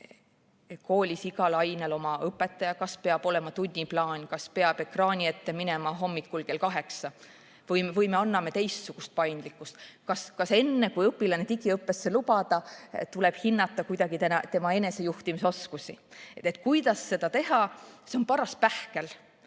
koolis igal ainel oma õpetaja? Kas peab olema tunniplaan? Kas peab ekraani ette minema hommikul kell kaheksa? Või me pakume teistsugust paindlikkust? Kas enne, kui õpilane digiõppesse lubada, tuleb kuidagi hinnata tema enesejuhtimisoskusi? Kuidas seda teha, see on paras pähkel.